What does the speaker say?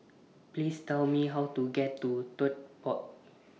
Please Tell Me How to get to Tote Board